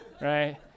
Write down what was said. right